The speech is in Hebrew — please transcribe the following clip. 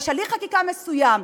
יש הליך חקיקה מסוים.